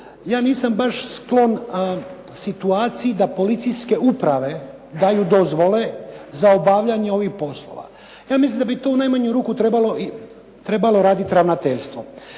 ja nisam baš sklon situaciji da policijske uprave daju dozvole za obavljanje ovih poslova. Ja mislim da bi tu u najmanju ruku trebalo raditi ravnateljstvo